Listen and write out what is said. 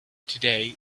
today